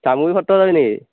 চামগুৰি সত্ৰ যাবি নেকি